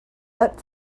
but